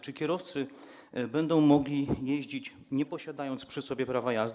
Czy kierowcy będą mogli jeździć, nie posiadając przy sobie prawa jazdy?